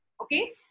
Okay